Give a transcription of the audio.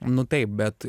nu taip bet